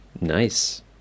Nice